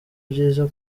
byiza